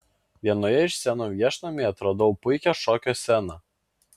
vienoje iš scenų viešnamyje atradau puikią šokio sceną